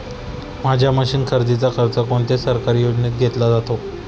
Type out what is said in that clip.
माझ्या मशीन खरेदीचा खर्च कोणत्या सरकारी योजनेत घेतला जातो?